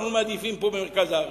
אנחנו מעדיפים פה, במרכז הארץ.